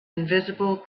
invisible